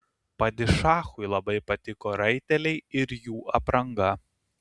padišachui labai patiko raiteliai ir jų apranga